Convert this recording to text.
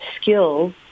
skills